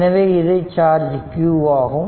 எனவே இது charge q ஆகும்